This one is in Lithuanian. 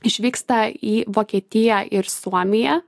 išvyksta į vokietiją ir suomiją